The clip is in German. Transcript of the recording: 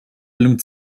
allem